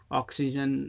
oxygen